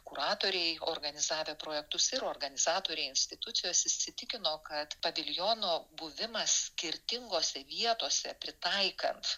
kuratoriai organizavę projektus ir organizatoriai institucijos įsitikino kad paviljono buvimas skirtingose vietose pritaikant